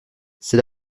c’est